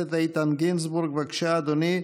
הכנסת איתן גינזבורג, בבקשה, אדוני.